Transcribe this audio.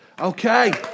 Okay